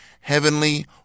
heavenly